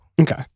Okay